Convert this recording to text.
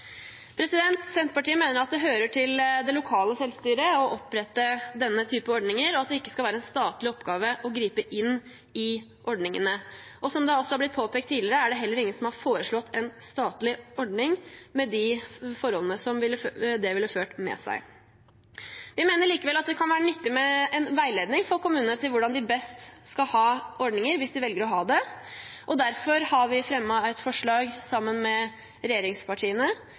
Senterpartiet mener at det hører til det lokale selvstyret å opprette denne typen ordninger, og at det ikke skal være en statlig oppgave å gripe inn i ordningene. Som det også har blitt påpekt tidligere, er det heller ingen som har foreslått en statlig ordning med de forholdene det ville ført med seg. Vi mener likevel at det kan være nyttig med en veiledning til kommunene for hvordan de best skal ha ordninger, hvis de velger å ha det. Derfor har vi sammen med regjeringspartiene fremmet et forslag med